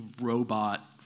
robot